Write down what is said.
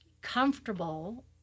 comfortable